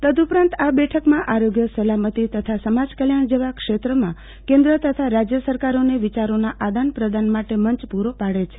તદ્દપરાંત આ બેઠકમાં આરોગ્ય સલામતી તથા સમાજ કલ્યાણ જેવા ક્ષેત્રોમાં કેન્દ્ર તથા રાજ્ય સરકારોને વિચારોના આદાન પ્રદાન માટે મંચ પુરો પાડે છે